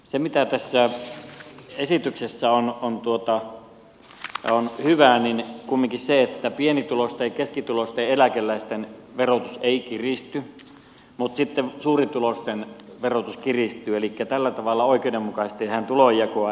se mikä tässä esityksessä on hyvää on kumminkin se että pienituloisten ja keskituloisten eläkeläisten verotus ei kiristy mutta sitten suurituloisten verotus kiristyy elikkä tällä tavalla oikeudenmukaisesti tehdään tulonjakoa